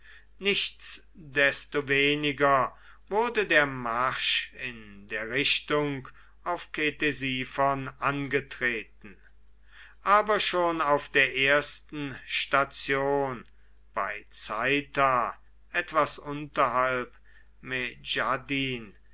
nichtsdestoweniger wurde der marsch in der richtung auf ktesiphon angetreten aber schon auf der ersten station bei zaitha etwas unterhalb